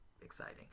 exciting